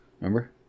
Remember